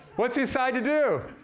what's he decide to do?